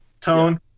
tone